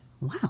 Wow